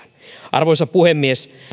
arvoisa puhemies